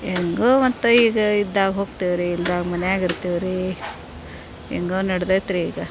ಹೆಂಗೋ ಮತ್ತೆ ಈಗ ಇದ್ದಾಗ ಹೋಗ್ತೇವೆ ರೀ ಇಲ್ದಾಗ ಮನ್ಯಾಗ ಇರ್ತಿವಿ ರೀ ಹೆಂಗೋ ನಡೆದೈತ್ರಿ ಈಗ